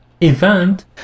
event